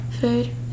food